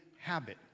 habit